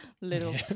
little